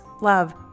love